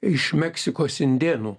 iš meksikos indėnų